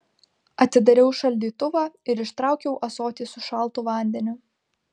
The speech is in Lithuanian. atidariau šaldytuvą ir ištraukiau ąsotį su šaltu vandeniu